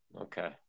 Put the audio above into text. Okay